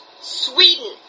Sweden